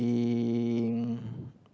in